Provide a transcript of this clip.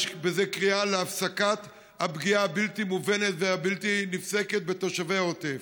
יש בזה קריאה להפסקת הפגיעה הבלתי-מובנת והבלתי-נפסקת בתושבי העוטף.